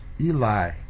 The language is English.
Eli